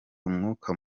umwuka